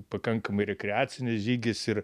pakankamai rekreacinis žygis ir